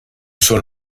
schon